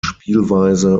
spielweise